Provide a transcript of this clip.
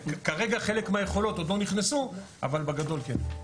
כרגע חלק מהיכולות עוד לא נכנסו אבל בגדול כן.